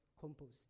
compost